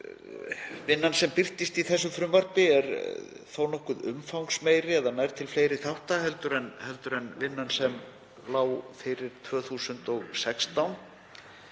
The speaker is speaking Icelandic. Vinnan sem birtist í frumvarpinu er þó nokkuð umfangsmeiri eða nær til fleiri þátta en vinnan sem lá fyrir 2016.